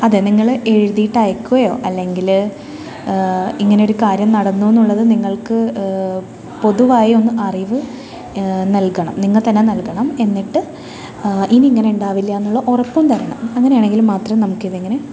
അതെ നിങ്ങൾ എഴുതിയിട്ട് അയക്കുകയോ അല്ലെങ്കിൽ ഇങ്ങനൊരു കാര്യം നടന്നു എന്നുള്ളത് നിങ്ങൾക്ക് പൊതുവായി ഒരു അറിവ് നൽകണം നിങ്ങൾ തന്നെ നൽകണം എന്നിട്ട് ഇനി ഇങ്ങനെ ഉണ്ടാവില്ല എന്നുള്ള ഉറപ്പും തരണം അങ്ങനെയാണെങ്കിൽ മാത്രം നമുക്കിതിങ്ങനെ